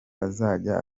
azajya